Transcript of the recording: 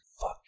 Fuck